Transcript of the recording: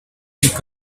simply